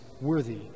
worthy